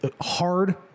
hard